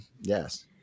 yes